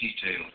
detail